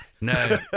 No